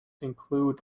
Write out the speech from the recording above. include